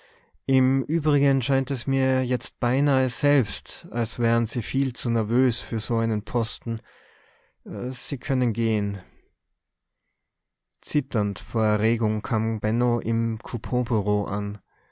im übrigen scheint es mir jetzt beinahe selbst als wären sie viel zu nervös für so einen posten sie können gehen zitternd vor erregung kam benno im couponbureau an